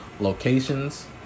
locations